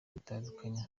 bitandukanye